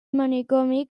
manicomi